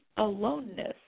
aloneness